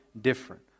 different